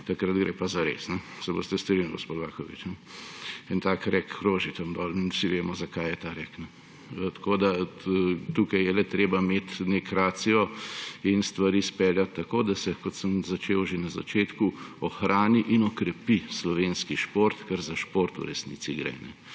takrat gre pa zares. Se boste strinjali, gospod Baković? En tak rek kroži tam in vsi vemo, zakaj je ta rek. Tako da tukaj je le treba imeti nek ratio in stvari speljati tako, da se, kot sem začel že na začetku, ohrani in okrepi slovenski šport. Ker za šport v resnici gre.